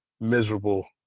miserable